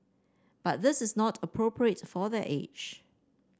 but this is not appropriate for their age